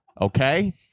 okay